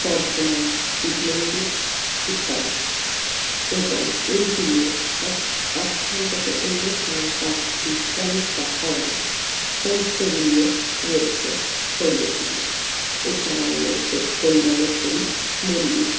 বর্ধমান শিব মন্দির ইত্যাদি এবং এইগুলোর এক এক স্থান থেকে অন্য স্থানে ব্যপ্তি অনেকটা হওয়ায় হোমস্টেগুলিও রয়েছে ছড়িয়ে ছিটিয়ে এছাড়াও রয়েছে কল্যাণেশ্বরী মন্দির